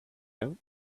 out